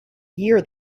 year